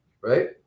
Right